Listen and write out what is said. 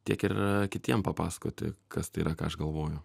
tiek ir kitiem papasakoti kas tai yra ką aš galvoju